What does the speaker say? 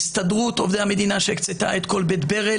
הסתדרות עובדי המדינה שהקצתה את כל בית ברל